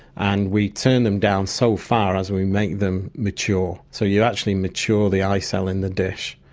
and we turn them down so far as we make them mature, so you actually mature the eye cell in the dish,